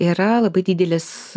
yra labai didelis